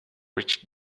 rich